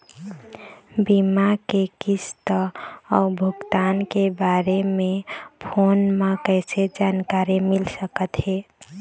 बीमा के किस्त अऊ भुगतान के बारे मे फोन म कइसे जानकारी मिल सकत हे?